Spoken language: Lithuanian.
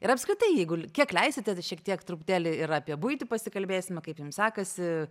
ir apskritai jeigu kiek leisite šiek tiek truputėlį ir apie buitį pasikalbėsime kaip jum sekasi